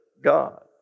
God